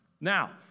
Now